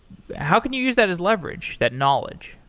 how can you use that as leverage, that knowledge?